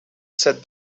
said